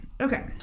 Okay